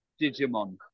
Digimon